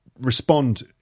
respond